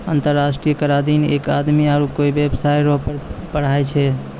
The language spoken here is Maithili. अंतर्राष्ट्रीय कराधीन एक आदमी आरू कोय बेबसाय रो कर पर पढ़ाय छैकै